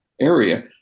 area